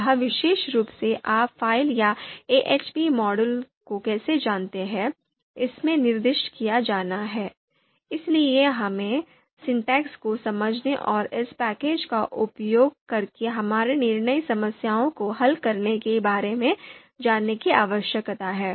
यह विशेष रूप से आप फ़ाइल या AHP मॉडल को कैसे जानते हैं इसमें निर्दिष्ट किया जाना है इसलिए हमें सिंटैक्स को समझने और इस पैकेज का उपयोग करके हमारी निर्णय समस्याओं को हल करने के बारे में जाने की आवश्यकता है